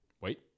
wait